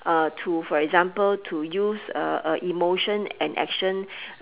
uh to for example to use uh uh emotion and action